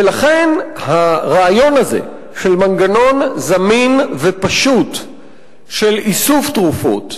ולכן הרעיון הזה של מנגנון זמין ופשוט של איסוף תרופות,